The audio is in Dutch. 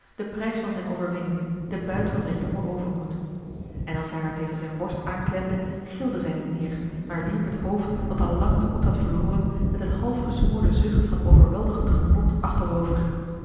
den prijs van zijn overwinning den buit van zijn jongen overmoed en als hij haar tegen zijn borst aanklemde gilde zij niet meer maar wierp het hoofd dat al lang den hoed had verloren met een half gesmoorden zucht van overweldigend genot achterover